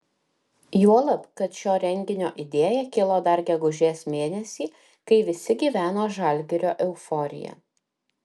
juolab kad šio renginio idėja kilo dar gegužės mėnesį kai visi gyveno žalgirio euforija